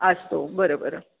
आसतो बरं बरं